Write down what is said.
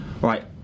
Right